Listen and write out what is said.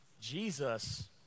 Jesus